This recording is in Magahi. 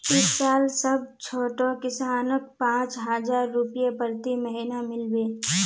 इस साल सब छोटो किसानक पांच हजार रुपए प्रति महीना मिल बे